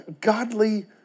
godly